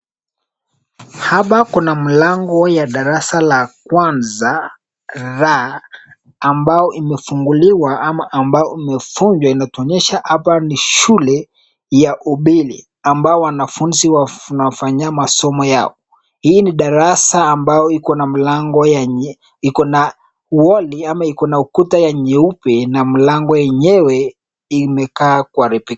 Hapa kuna mlango ya darasa la kwanza R ambao imefunguliwa ama ambao imefungwa inatuonyesha hapa ni shule ya upilii ambao wanafunzi wanafanya masomo yao. Hii ni darasa ambayo iko na mlango ya iko na wall[c] ama iko na ukuta ya nyeupe na mlango yenyewe imekaa kwa.